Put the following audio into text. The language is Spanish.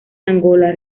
angola